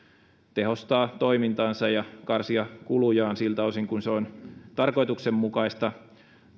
tehostaa toimintaansa ja karsia kulujaan siltä osin kuin se on tarkoituksenmukaista